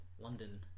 London